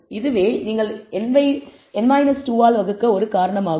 இதுவே நீங்கள் n 2 ஆல் வகுக்க ஒரு காரணமாகும்